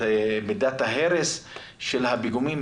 את מידת ההרס של הפיגומים?